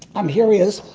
um here he is.